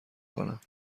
کنم